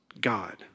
God